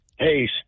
Hey